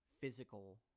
physical